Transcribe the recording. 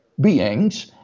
beings